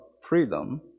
freedom